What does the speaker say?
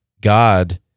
God